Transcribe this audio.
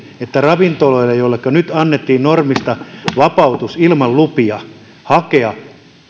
että ravintoloille nyt annettiin normista vapautus ilman lupia hakea